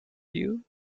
you